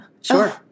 Sure